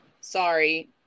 sorry